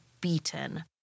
beaten